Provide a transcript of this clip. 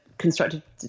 Constructive